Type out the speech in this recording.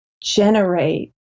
generate